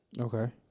Okay